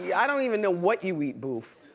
yeah i don't even know what you eat, boof.